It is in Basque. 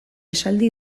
esaldi